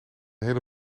hele